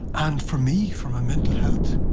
and for me, for my mental health,